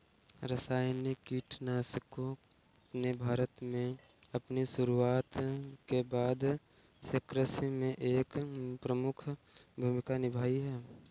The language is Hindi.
रासायनिक कीटनाशकों ने भारत में अपनी शुरूआत के बाद से कृषि में एक प्रमुख भूमिका निभाई हैं